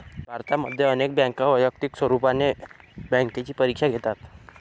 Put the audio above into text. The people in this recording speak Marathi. भारतामध्ये अनेक बँका वैयक्तिक स्वरूपात बँकेची परीक्षा घेतात